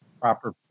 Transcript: proper